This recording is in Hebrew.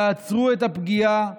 תעצרו את הפגיעה